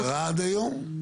זה קרה עד היום?